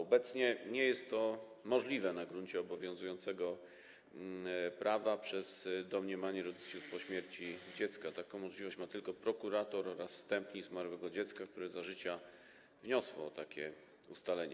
Obecnie nie jest to możliwe na gruncie obowiązującego prawa dla domniemanych rodziców po śmierci dziecka, taką możliwość ma tylko prokurator oraz zstępni zmarłego dziecka, które za życia wniosło o takie ustalenie.